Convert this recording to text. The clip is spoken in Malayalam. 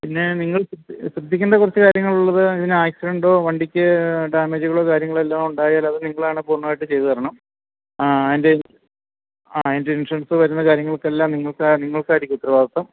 പിന്നെ നിങ്ങൾ ശ്രദ്ധിക്കേണ്ട കുറച്ച് കാര്യങ്ങൾ ഉള്ളത് ഇതിനാക്സിഡെൻടോ വണ്ടിക്ക് ഡാമേജ്കളോ കാര്യങ്ങളോ എല്ലാം ഉണ്ടായാലത് നിങ്ങളാണ് പൂർണ്ണമായിട്ടും ചെയ്ത് തരണം ആ അതിന്റെ അതിന്റെ ഇൻഷൂറെൻസ് വരുന്ന കാര്യങ്ങൾക്ക് എല്ലാം നിങ്ങൾക്ക് ആ നിങ്ങൾക്ക് ആയിരിക്കും ഉത്തരവാദിത്തം